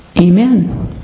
Amen